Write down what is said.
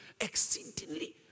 exceedingly